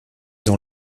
dans